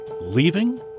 leaving